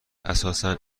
اساسا